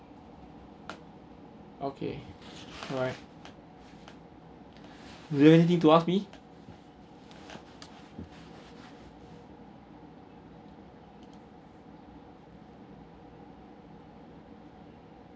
okay alright do you have anything to ask me